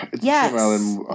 Yes